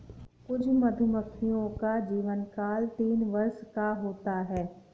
कुछ मधुमक्खियों का जीवनकाल तीन वर्ष का होता है